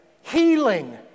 healing